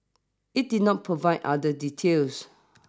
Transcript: it did not provide other details